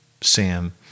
Sam